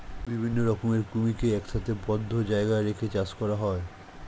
বিভিন্ন রকমের কুমিরকে একসাথে বদ্ধ জায়গায় রেখে চাষ করা হয়